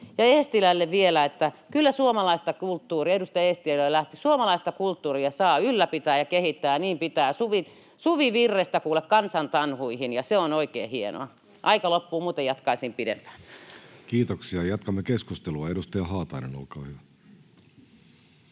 Eestilälle vielä — edustaja Eestilä lähti: kyllä suomalaista kulttuuria saa ylläpitää ja kehittää, ja niin pitää tehdä, Suvivirrestä kuule kansantanhuihin, ja se on oikein hienoa. Aika loppuu, muuten jatkaisin pidempään. Kiitoksia. — Jatkamme keskustelua. Edustaja Haatainen, olkaa hyvä.